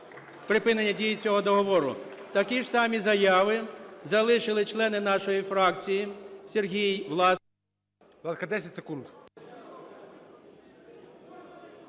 припинення дію цього договору. Такі ж самі заяви залишили члени нашої фракції: Сергій Власенко…